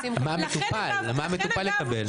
מה המטופל יקבל?